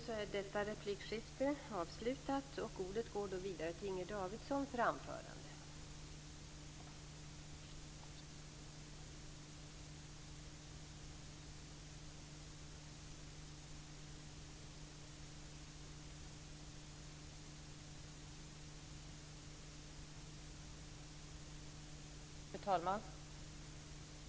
Fru talman!